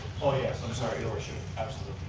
i'm sorry, your worship, absolutely.